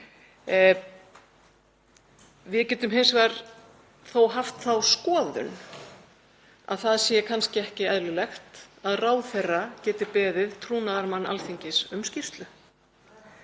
Við getum hins vegar haft þá skoðun að það sé kannski ekki eðlilegt að ráðherra geti beðið trúnaðarmanns Alþingis um skýrslu.